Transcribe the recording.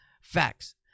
Facts